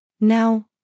Now